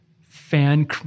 fan